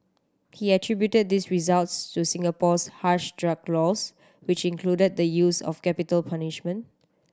he attributed these results to Singapore's harsh drug laws which include the use of capital punishment